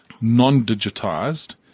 non-digitized